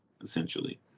essentially